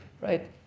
right